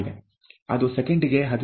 ಅದು ಸೆಕೆಂಡಿಗೆ 15